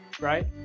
right